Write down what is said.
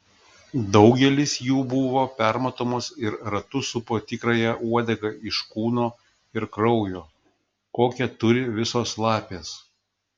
daugelis jų buvo permatomos ir ratu supo tikrąją uodegą iš kūno ir kraujo kokią turi visos lapės